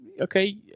Okay